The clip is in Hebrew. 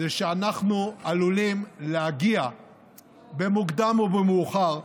זה שאנחנו עלולים להגיע במוקדם או במאוחר,